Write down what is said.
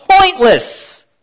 pointless